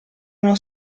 uno